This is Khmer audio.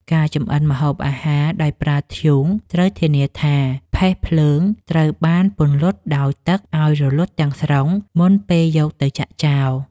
ការចម្អិនម្ហូបអាហារដោយប្រើធ្យូងត្រូវធានាថា ផេះភ្លើងត្រូវបានពន្លត់ដោយទឹកឱ្យរលត់ទាំងស្រុងមុនពេលយកទៅចាក់ចោល។